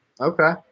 Okay